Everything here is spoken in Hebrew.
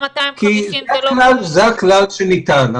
כי זה הכלל שניתן.